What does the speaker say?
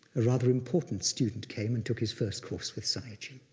a rather important student came and took his first course with sayagyi,